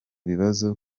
bibazo